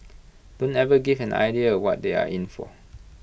don't even give an idea what they are in for